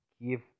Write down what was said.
give